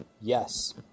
yes